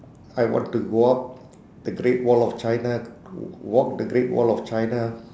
I want to go up the great wall of china walk the great wall of china